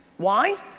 why?